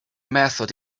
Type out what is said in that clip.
method